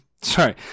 Sorry